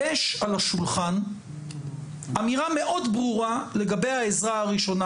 יש על השולחן אמירה ברורה מאוד לגבי העזרה הראשונה